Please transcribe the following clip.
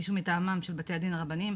מישהו מטעמם של בתי הדין הרבנים,